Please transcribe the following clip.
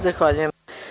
Zahvaljujem.